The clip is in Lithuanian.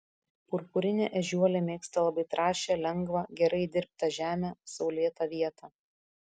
purpurinė ežiuolė mėgsta labai trąšią lengvą gerai įdirbtą žemę saulėtą vietą